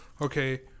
Okay